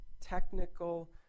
technical